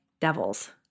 devils